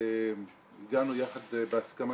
ככלל הגענו יחד בהסכמה,